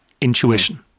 intuition